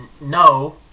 no